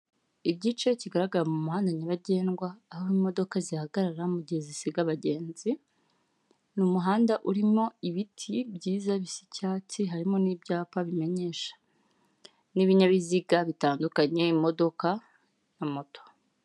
Igice kigagara mu muhanda nyabagendwa, aho imodoka zihagara mu gihe zisiga abagenzi. Ni umuhanda urimo ibiti byiza bisa icyatsi, harimo n'ibyapa bimenyesha n'ibinyabiziga bitandukanye imodoka na moto.